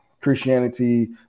Christianity